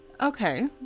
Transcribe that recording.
Okay